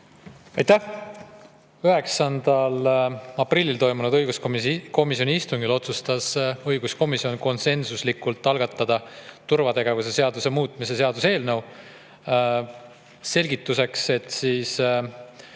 Aitäh! 9. aprillil toimunud õiguskomisjoni istungil tegi õiguskomisjon konsensusliku otsuse algatada turvategevuse seaduse muutmise seaduse eelnõu. Selgituseks. 1.